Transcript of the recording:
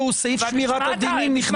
סעיף שמירת הדינים נכנס.